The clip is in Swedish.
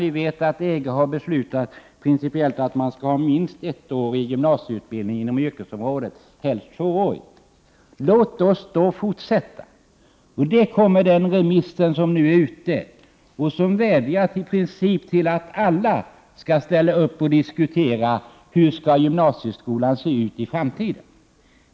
Vi vet att EG har beslutat att man principiellt skall ha minst ettårig yrkesutbildning inom yrkesområdet, helst tvåårig. Låt oss då fortsätta. Det remisspaket som nu är ute vädjar till att alla skall ställa upp och diskutera hur gymnasieskolan skall se ut i framtiden.